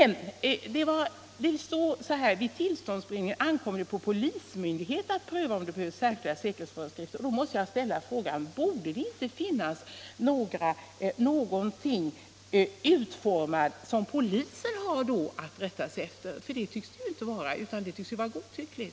I statsrådets svar står det: ”Vid tillståndsgivningen ankommer det t på polismyndigheten att pröva om det behövs särskilda säkerhetsföreskrifter ---,” Därför måste jag fråga: Borde det då inte finnas några bestämmelser eller liknande, som polisen har att rätta sig efter? Sådana tycks inte finnas nu, utan där ser det ut att vara godtyckligt.